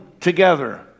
together